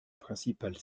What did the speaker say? principales